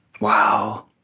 Wow